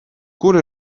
kur